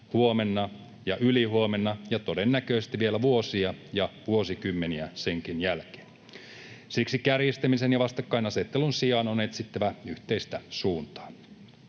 huomenna ja ylihuomenna ja todennäköisesti vielä vuosia ja vuosikymmeniä senkin jälkeen. Siksi kärjistämisen ja vastakkainasettelun sijaan on etsittävä yhteistä suuntaa.